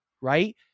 right